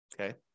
Okay